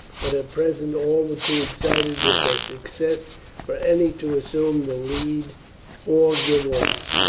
but at present all were too excited with their success for any to assume the lead or give orders.